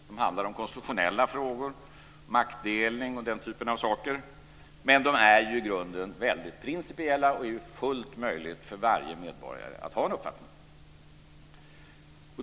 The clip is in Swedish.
De handlar om konstitutionella frågor, maktdelning osv. Men de är i grunden väldigt principiella, och det är fullt möjligt för varje medborgare att ha en uppfattning.